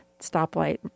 stoplight